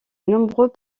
nombreux